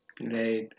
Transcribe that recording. Right